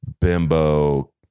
bimbo